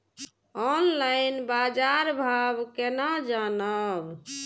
Online बाजार भाव केना जानब?